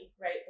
right